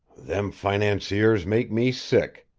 them financiers make me sick!